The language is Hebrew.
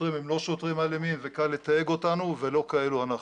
שוטרים הם לא שוטרים אלימים וקל לתייג אותנו ולא כאלה אנחנו.